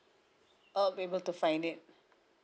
um able to find it